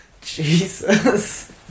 Jesus